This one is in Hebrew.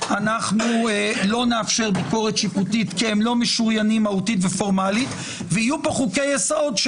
והמקור הנורמטיבי היחיד לביקורת הוא חוקי יסוד,